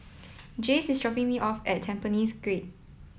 Jayce is dropping me off at Tampines Grande